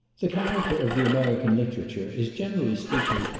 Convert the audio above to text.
the character of the american literature is, generally speaking,